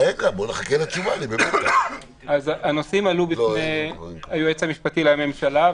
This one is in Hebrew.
לבי הנושא של ההפגנות